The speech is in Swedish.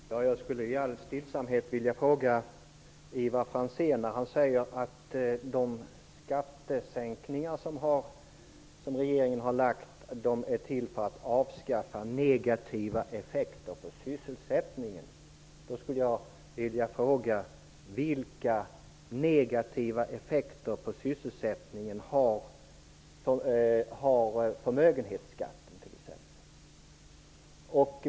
Herr talman! Jag skulle i all stillsamhet vilja ställa några frågor till Ivar Franzén. Han säger att de skattesänkningar som regeringen har föreslagit är till för att avskaffa negativa effekter på sysselsättningen. Vilka negativa effekter på sysselsättningen har t.ex. förmögenhetsskatten?